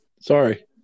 Sorry